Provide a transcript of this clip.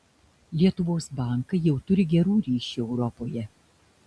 lietuvos bankai jau turi gerų ryšių europoje